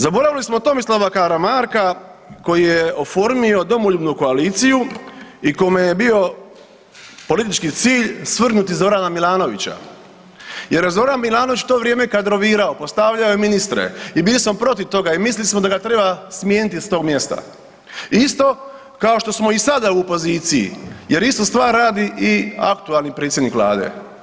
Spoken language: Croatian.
Zaboravili smo Tomislava Karamarka koji je oformio domoljubnu koaliciju i kome je bio politički cilj svrgnuti Zorana Milanovića jer je Zoran Milanović u to vrijeme kadrovirao, postavljao je ministre i bili smo protiv toga i mislili smo da ga treba smijeniti s tog mjesta, isto kao što smo i sada u poziciji jer istu stvar radi i aktualni predsjednik vlade.